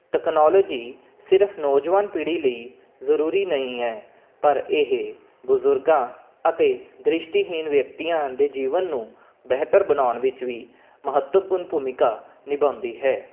technology ਸਿਰਫ ਨੌਜਵਾਨ ਪੀੜ੍ਹੀ ਲਈ ਜ਼ਰੂਰੀ ਨਹੀਂ ਹੈ ਪਰ ਇਹ ਬਜ਼ੁਰਗਾਂ ਅਤੇ ਦ੍ਰਿਸ਼ਟੀਹੀਨ ਵਿਅਕਤੀਆਂ ਦੇ ਜੀਵਨ ਨੂੰ ਬਿਹਤਰ ਬਣਾਉਣ ਵਿੱਚ ਵੀ ਮਹੱਤਵਪੂਰਨ ਭੂਮਿਕਾ ਨਿਭਾਉਂਦੀ ਹੈ